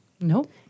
Nope